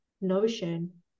notion